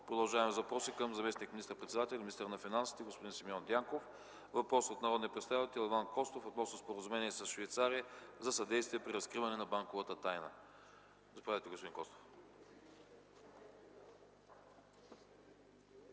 Продължаваме с въпроси към заместник министър председателя и министър на финансите господин Симеон Дянков. Въпрос от народния представител Иван Костов относно споразумение с Швейцария за съдействие при разкриване на банковата тайна. Заповядайте, господин Костов.